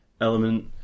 element